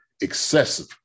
excessive